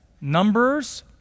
numbers